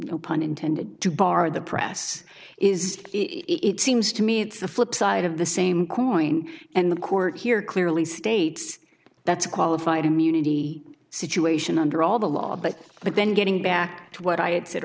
no pun intended to bar the press is it seems to me it's the flip side of the same coin and the court here clearly states that's qualified immunity situation under all the law but but then getting back to what i had said